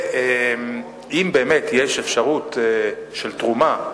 אם באמת יש אפשרות של תרומה,